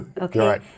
Okay